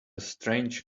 strange